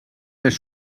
més